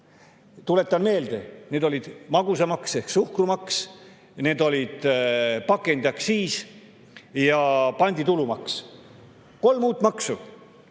Tuletan meelde: need olid magusamaks ehk suhkrumaks, pakendiaktsiis ja panditulumaks. Kolm uut maksu,